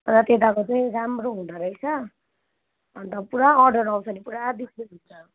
अन्त त्यताको चाहिँ राम्रो हुँदोरहेछ अन्त पुरा अर्डर आउँछ नि पुरा बिक्री हुन्छ